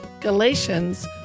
Galatians